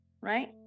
right